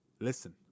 Listen